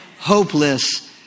Hopeless